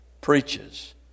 preaches